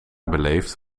beleefd